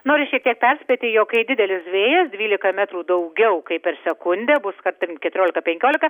noriu šiek tiek perspėti jog kai didelis vėjas dvylika metrų daugiau kaip per sekundę bus kad ten keturiolika penkiolika